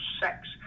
sex